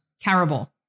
Terrible